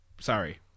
Sorry